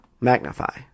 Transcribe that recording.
Magnify